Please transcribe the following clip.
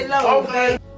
Okay